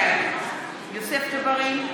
בעד יוסף ג'בארין,